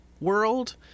world